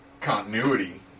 continuity